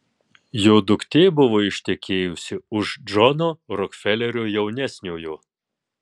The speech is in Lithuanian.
jo duktė buvo ištekėjusi už džono rokfelerio jaunesniojo